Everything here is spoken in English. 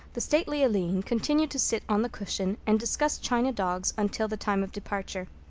the stately aline continued to sit on the cushion and discuss china dogs until the time of departure.